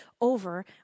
over